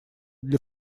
для